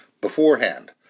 beforehand